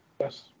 Yes